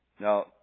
Now